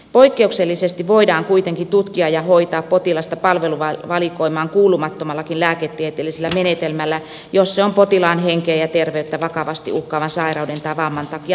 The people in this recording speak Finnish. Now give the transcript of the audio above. poikkeuksellisesti voidaan kuitenkin tutkia ja hoitaa potilasta palveluvalikoimaan kuulumattomallakin lääketieteellisellä menetelmällä jos se on potilaan henkeä ja terveyttä vakavasti uhkaavan sairauden tai vamman takia välttämätöntä